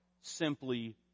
simply